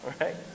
right